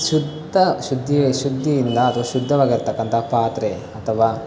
ಶುದ್ಧ ಶುದ್ದಿಯಿಂದ ಶುದ್ಧವಾಗಿರ್ತಕ್ಕಂಥ ಪಾತ್ರೆ ಅಥವಾ